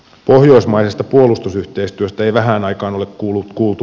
pohjoismaisesta puolustusyhteistyöstä ei vähään aikaan ole kuultu mitään